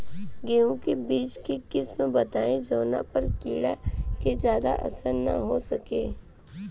गेहूं के बीज के किस्म बताई जवना पर कीड़ा के ज्यादा असर न हो सके?